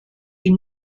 die